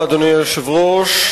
אדוני היושב-ראש,